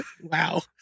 Wow